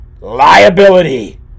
Liability